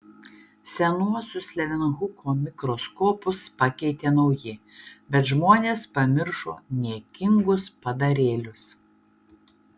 senuosius levenhuko mikroskopus pakeitė nauji bet žmonės pamiršo niekingus padarėlius